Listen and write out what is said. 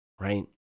right